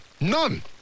None